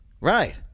Right